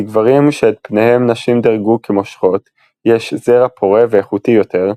לגברים שאת פניהם נשים דירגו כמושכות יש זרע פורה ואיכותי יותר,